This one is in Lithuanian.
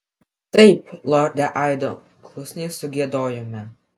taip lorde aido klusniai sugiedojome